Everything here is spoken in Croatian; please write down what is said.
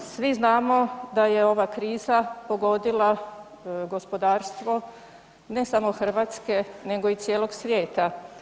Svi znamo da je ova kriza pogodila gospodarstvo ne samo Hrvatske nego i cijelog svijeta.